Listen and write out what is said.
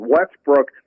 Westbrook